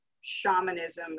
shamanism